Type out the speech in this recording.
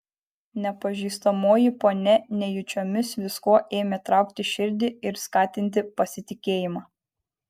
nepažįstamoji ponia nejučiomis viskuo ėmė traukti širdį ir skatinti pasitikėjimą